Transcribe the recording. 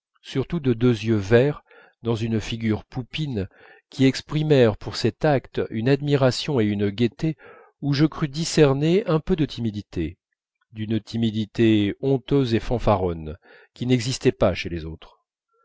surtout de deux yeux verts dans une figure poupine qui exprimèrent pour cet acte une admiration et une gaieté où je crus discerner un peu de timidité d'une timidité honteuse et fanfaronne qui n'existait pas chez les autres